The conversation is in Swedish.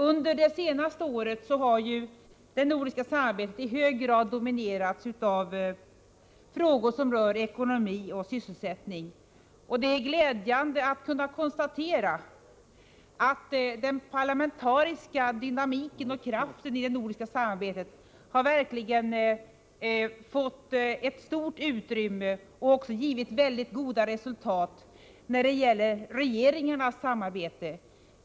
Under det senaste året har det nordiska samarbetet i hög grad dominerats av frågor som rör ekonomi och sysselsättning. Det är glädjande att kunna konstatera att den parlamentariska dynamiken och kraften i det nordiska samarbetet verkligen har fått ett stort utrymme och också givit goda resultat när det gäller regeringarnas samarbete.